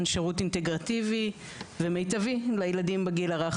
שירות אינטגרטיבי ומיטיבי לילדים בגיל הרך.